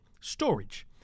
Storage